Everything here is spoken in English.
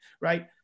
right